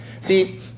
See